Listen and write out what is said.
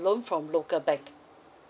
loan from local bank